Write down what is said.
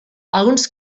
alguns